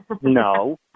No